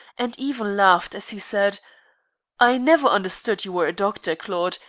and even laughed as he said i never understood you were a doctor, claude,